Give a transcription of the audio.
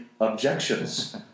objections